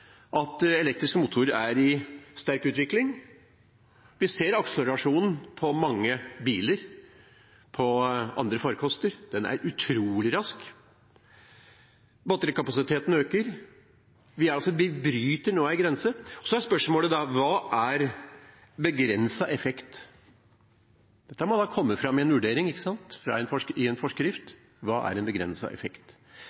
at elektriske motorer er i sterk utvikling. Vi ser akselerasjonen på mange biler, på andre farkoster – det går utrolig raskt. Batterikapasiteten øker. Vi bryter altså nå en grense. Så er spørsmålet da: Hva er «begrenset effekt»? Det må komme fram i en vurdering, i en forskrift – hva er en